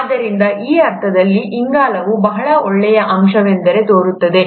ಆದ್ದರಿಂದ ಆ ಅರ್ಥದಲ್ಲಿ ಇಂಗಾಲವು ಬಹಳ ಒಳ್ಳೆಯ ಅಂಶವೆಂದು ತೋರುತ್ತದೆ